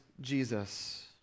Jesus